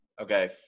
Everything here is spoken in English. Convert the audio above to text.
Okay